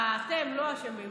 אתם לא אשמים,